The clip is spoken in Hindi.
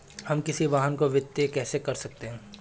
हम किसी भी वाहन को वित्त कैसे कर सकते हैं?